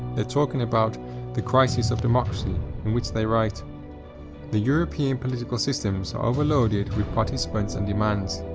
they're talking about the crisis of democracy in which they write the european political systems are overloaded with participants and demands,